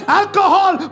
alcohol